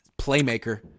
Playmaker